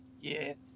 Yes